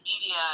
media